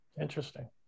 Interesting